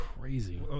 crazy